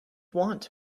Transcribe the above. want